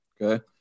Okay